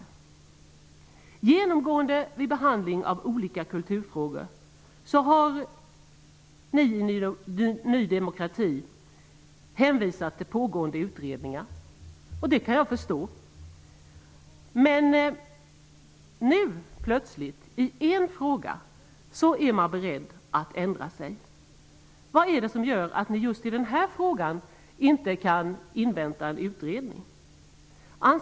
Ni i Ny demokrati har vid behandling av olika kulturfrågor genomgående hänvisat till pågående utredningar. Det kan jag förstå. Men nu är ni plötsligt beredda att ändra er i en fråga. Vad är det som gör att ni just i denna fråga inte vill invänta utredningens betänkande?